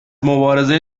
مبارزه